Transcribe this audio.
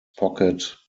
pocket